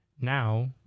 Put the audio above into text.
Now